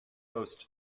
host